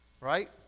Right